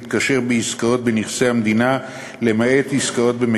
במהלך העסקתם,